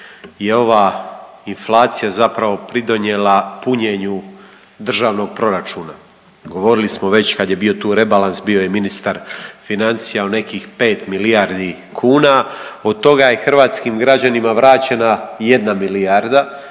je ova inflacija zapravo pridonijela punjenju državnog proračuna. Govorili smo već kad je bio tu rebalans, bio je i ministar financija o nekih pet milijardi kuna. Od toga je hrvatskim građanima vraćena jedna milijarda,